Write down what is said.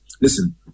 listen